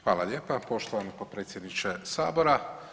Hvala lijepa, poštovani potpredsjedniče Sabora.